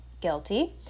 guilty